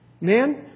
Man